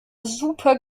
super